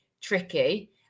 tricky